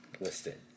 listed